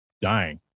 dying